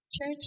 Church